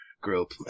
group